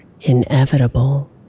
inevitable